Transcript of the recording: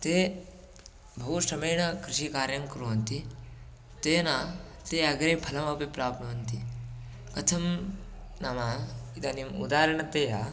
ते बहु श्रमेण कृषिकार्यं कुर्वन्ति तेन ते अग्रे फलमपि प्राप्नुवन्ति कथं नाम इदानीम् उदाहरणतया